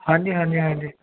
ਹਾਂਜੀ ਹਾਂਜੀ ਹਾਂਜੀ